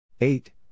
Eight